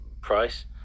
price